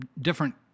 different